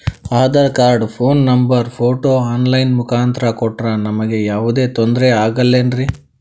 Aadhaar card, phone number, photo online ಮುಖಾಂತ್ರ ಕೊಟ್ರ ನಮಗೆ ಯಾವುದೇ ತೊಂದ್ರೆ ಆಗಲೇನ್ರಿ?